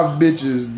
bitches